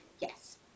yes